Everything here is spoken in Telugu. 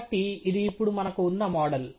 కాబట్టి ఇది ఇప్పుడు మనకు ఉన్న మోడల్